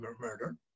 murder